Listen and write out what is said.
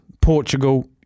Portugal